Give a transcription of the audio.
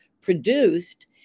produced